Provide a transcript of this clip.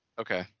Okay